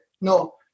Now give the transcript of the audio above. no